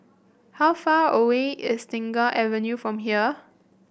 how far away is Tengah Avenue from here